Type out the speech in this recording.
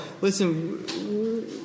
listen